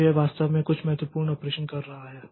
तो यह वास्तव में कुछ महत्वपूर्ण ऑपरेशन कर रहा है